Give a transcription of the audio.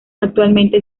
actualmente